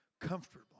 Comfortable